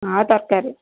ଆଉ ତରକାରୀ